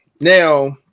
Now